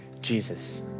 Jesus